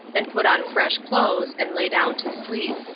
and put on fresh clothes, and lay down to sleep.